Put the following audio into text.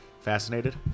Fascinated